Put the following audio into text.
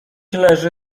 leży